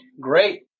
great